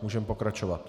Můžeme pokračovat.